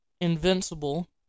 Invincible